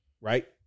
Right